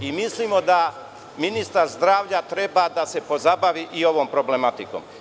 Mislimo da ministar zdravlja treba da se pozabavi i ovom problematikom.